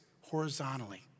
horizontally